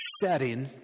setting